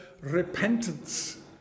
repentance